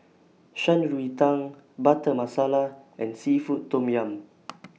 Shan Rui Tang Butter Masala and Seafood Tom Yum